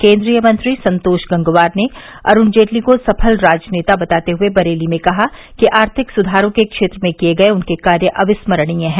केन्द्रीय मंत्री संतोष गंगवार ने अरूण जेटली को सफल राजनेता बताते हुए बरेली में कहा कि आर्थिक सुधारों के क्षेत्र में किये गये उनके कार्य अविस्मरणीय हैं